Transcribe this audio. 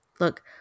Look